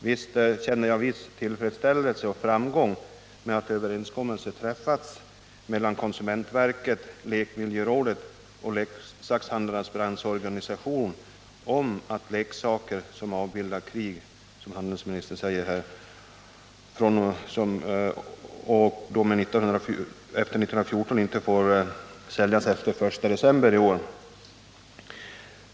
Visst känner jag en viss tillfredsställelse och framgång med att överenskommelse har träffats mellan konsumentverket, lekmiljörådet och leksakshandlarnas branschorganisation om att leksaker som avbildar krig fr.o.m. 1914, som handelsministern säger här, inte får säljas efter den 1 december i år.